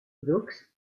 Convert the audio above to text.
brooks